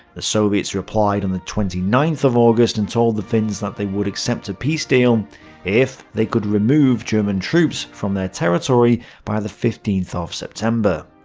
the soviets replied on and the twenty ninth of august and told the finns that they would accept a peace deal if they could remove german troops from their territory by the fifteenth of september.